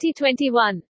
2021